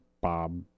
Bob